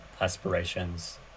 aspirations